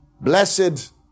blessed